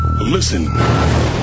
Listen